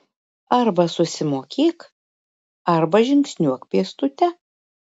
arba susimokėk arba žingsniuok pėstute